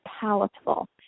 palatable